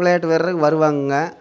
விளையாட்டு வீரர்கள் வருவாங்க